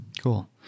Cool